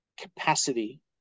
capacity